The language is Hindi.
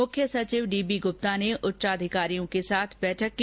मुख्य सचिव डीबीगुप्ता ने उच्च अधिकारियों के साथ बैठक की